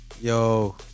Yo